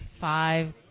Five